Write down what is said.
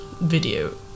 video